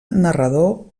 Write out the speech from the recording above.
narrador